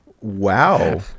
wow